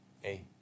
Hey